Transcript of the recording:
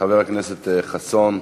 חבר הכנסת חסון,